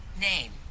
name